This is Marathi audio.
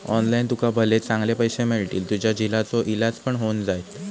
ऑनलाइन तुका भले चांगले पैशे मिळतील, तुझ्या झिलाचो इलाज पण होऊन जायत